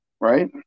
Right